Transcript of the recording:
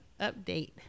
Update